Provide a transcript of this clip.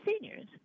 seniors